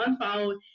unfollow